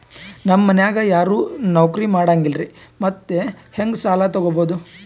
ನಮ್ ಮನ್ಯಾಗ ಯಾರೂ ನೌಕ್ರಿ ಮಾಡಂಗಿಲ್ಲ್ರಿ ಮತ್ತೆಹೆಂಗ ಸಾಲಾ ತೊಗೊಬೌದು?